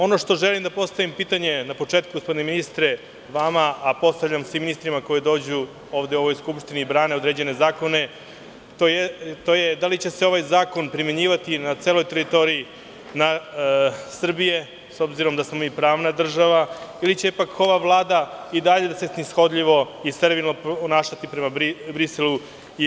Ono što želim je da postavim pitanje na početku, gospodine ministre, vama a postavljam svim ministrima koji dođu ovde u ovu Skupštinu i brane određene zakone, to je da li će se ovaj zakona primenjivati na celoj teritoriji Srbije, s obzirom da smo mi pravna država ili će pak ova Vlada i dalje da se snishodljivo i sterilno ponašati prema Briselu i EU?